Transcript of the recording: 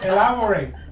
Elaborate